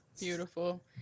Beautiful